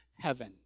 heaven